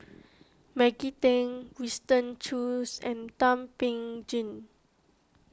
Maggie Teng Winston Choos and Thum Ping Tjin